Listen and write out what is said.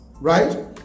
Right